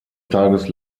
tages